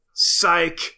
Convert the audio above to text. Psych